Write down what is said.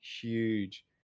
huge